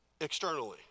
externally